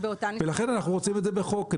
ולכן אנחנו רוצים את זה בחוק,